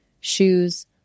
shoes